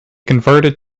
converted